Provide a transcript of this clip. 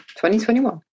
2021